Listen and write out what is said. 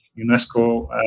UNESCO